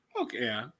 Okay